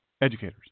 educators